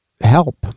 help